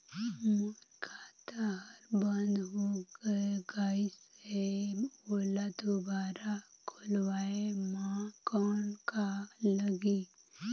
मोर खाता हर बंद हो गाईस है ओला दुबारा खोलवाय म कौन का लगही?